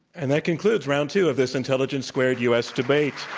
and that concludes round two of this intelligence squared u. s. debate.